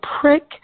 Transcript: prick